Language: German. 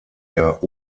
der